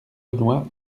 benoît